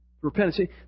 Repentance